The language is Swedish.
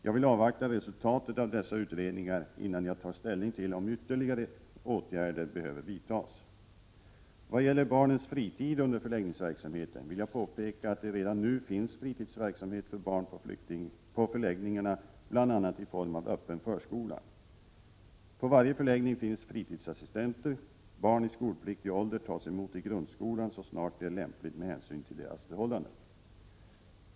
Jag vill avvakta resultatet av dessa utredningar innan jag tar ställning till om ytterligare åtgärder behöver vidtas. Prot. 1987/88:43 Vad gäller barnens fritid under förläggningsverksamheten vill jag påpeka — 11 december 1987 att det redan nu finns fritidsverksamhet för barn på förläggningarna, bla.i. fog form av ”öppen förskola”. På varje förläggning finns fritidsassistenter. Barn i skolpliktig ålder tas emot i grundskolan så snart det är lämpligt med hänsyn till deras förhållanden.